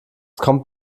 kommt